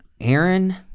Aaron